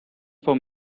for